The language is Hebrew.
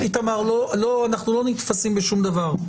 איתמר, לא, אנחנו לא נתפסים בשום דבר.